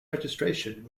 registration